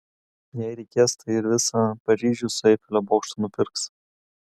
jei reikės tai ir visą paryžių su eifelio bokštu nupirks